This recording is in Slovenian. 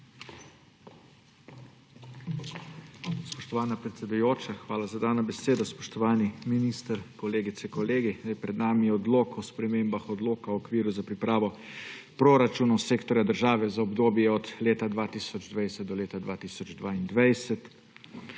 hvala za dano besedo. Spoštovani minister, kolegice, kolegi! Pred nami je odlok o spremembah Odloka o okviru za pripravo proračunov sektorja država za obdobje od 2020 do 2022. 1.